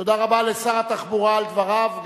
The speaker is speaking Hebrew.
תודה רבה לשר התחבורה על דבריו,